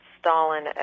Stalin